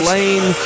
Lane